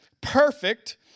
perfect